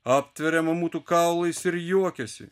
aptveria mamutų kaulais ir juokiasi